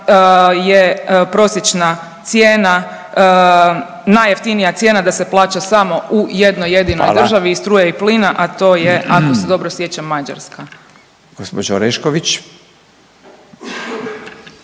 je prosječna cijena, najjeftinija cijena da se plaća samo u jednoj jedinoj državi i struja i plin, a to je ako se dobro sjećam Mađarska. **Radin, Furio